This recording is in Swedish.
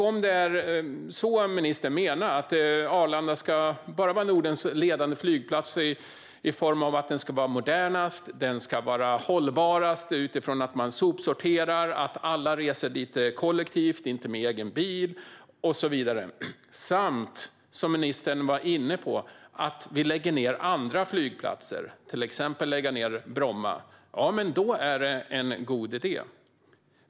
Om ministern menar att Arlanda ska vara Nordens ledande flygplats såtillvida att den ska vara modernast och hållbarast - man sopsorterar, alla reser dit kollektivt i stället för med egen bil och så vidare - och att, som ministern var inne på, vi lägger ned andra flygplatser, till exempel Bromma, är det en god idé.